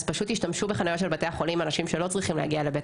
אז פשוט אנשים שלא צריכים להגיע לבית